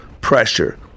pressure